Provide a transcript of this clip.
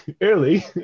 early